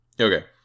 Okay